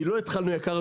לא התחלנו יקר,